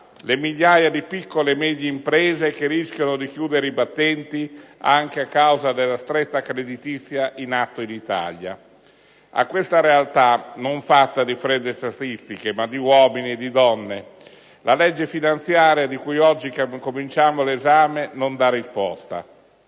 le migliaia di piccole e medie imprese che rischiano di chiudere i battenti anche a causa della stretta creditizia in atto in Italia. A questa realtà, non fatta di fredde statistiche, ma di uomini e donne, la legge finanziaria, di cui oggi proseguiamo l'esame, non dà risposte.